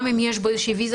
גם אם יש בו איזה ויזה,